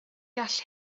gall